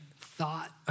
thought